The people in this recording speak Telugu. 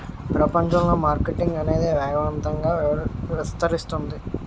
ప్రపంచంలో మార్కెటింగ్ అనేది వేగవంతంగా విస్తరిస్తుంది